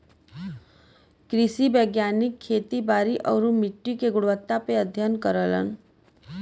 कृषि वैज्ञानिक खेती बारी आउरी मट्टी के गुणवत्ता पे अध्ययन करलन